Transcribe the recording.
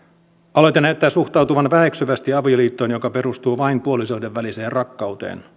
aloite näyttää suhtautuvan väheksyvästi avioliittoon joka perustuu vain puolisoiden väliseen rakkauteen